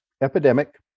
epidemic